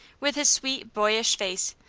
with his sweet, boyish face,